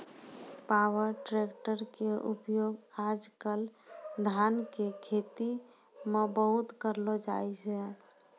power tractor के उपयोग आज कल धान के खेती मॅ बहुत करलो जाय छै